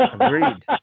Agreed